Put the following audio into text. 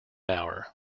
hour